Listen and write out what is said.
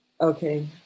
Okay